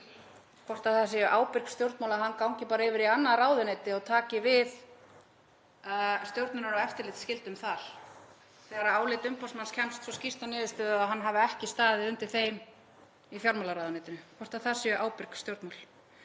hvort það séu ábyrg stjórnmál að hann gangi bara yfir í annað ráðuneyti og taki við stjórnunar- og eftirlitsskyldu þar, þegar álit umboðsmanns kemst skýrt að þeirri niðurstöðu að hann hafi ekki staðið undir þeim í fjármálaráðuneytinu, hvort það séu ábyrg stjórnmál.